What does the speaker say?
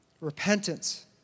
Repentance